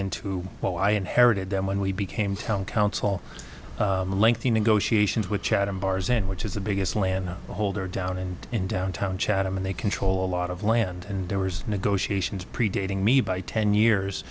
into well i inherited them when we became town council lengthy negotiations with chatham bars in which is the biggest land holder down and in downtown chatham and they control a lot of land and there was negotiations predating me by ten years